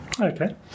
Okay